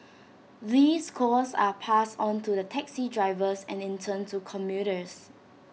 these costs are passed on to the taxi drivers and in turn to commuters